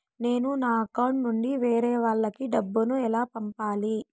నేను నా అకౌంట్ నుండి వేరే వాళ్ళకి డబ్బును ఎలా పంపాలి?